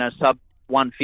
sub-150